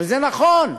וזה נכון,